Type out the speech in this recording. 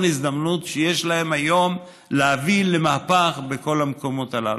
ההזדמנות שיש להם היום להביא למהפך בכל המקומות הללו.